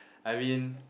I mean